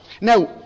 Now